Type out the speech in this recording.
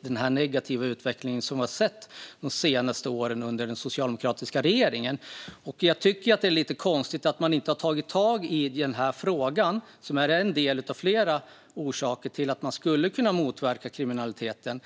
den negativa utveckling som vi har sett de senaste åren under den socialdemokratiska regeringen. Det är lite konstigt att man inte har tagit tag i den frågan. Det är en del av flera åtgärder för att motverka kriminaliteten.